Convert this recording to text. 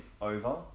over